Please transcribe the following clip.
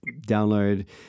download